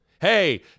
Hey